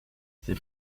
c’est